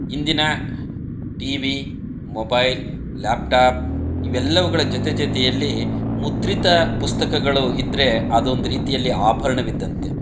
ಇಂದಿನ TV mobile laptop ಇವೆಲ್ಲವುಗಳ ಜೊತೆ ಜೊತೆಯಲ್ಲಿ ಮುದ್ರಿತ ಪುಸ್ತಕಗಳು ಇದ್ದರೆ ಅದೊಂದು ರೀತಿಯಲ್ಲಿ ಆಭರಣವಿದ್ದಂತೆ